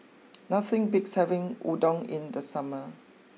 nothing beats having Udon in the summer